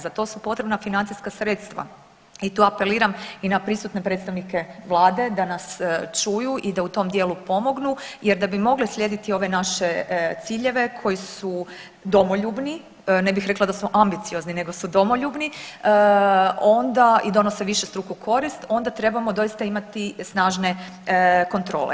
Za to su potrebna financijska sredstva i tu apeliram i na prisutne predstavnike vlade da nas čuju i da u tom dijelu pomognu jer da bi mogle slijediti ove naše ciljeve koji su domoljubni, ne bih rekla da su ambiciozni nego su domoljubni i donose višestruku korist onda trebamo doista imati snažne kontrole.